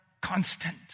constant